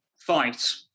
fight